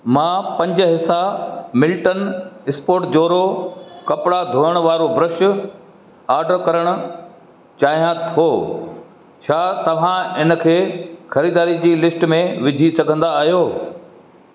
मां पंज हिस्सा मिल्टन स्पोट्रो जोड़ो कपिड़ा धोअण वारो ब्रश ऑर्डर करण चाहियां थो छा तव्हां इनखे ख़रीदारी जी लिस्ट में विझी सघंदा आहियो